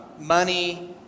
Money